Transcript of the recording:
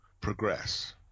progress